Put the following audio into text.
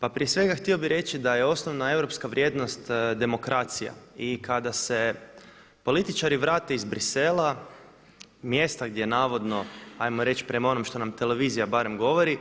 Pa prije svega htio bi reći da je osnovna europska vrijednost demokracija i kada se političari vrate iz Bruxellesa, mjesta gdje navodno, ajmo reći prema onom što nam televizija barem govori